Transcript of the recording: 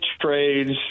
trades